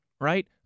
right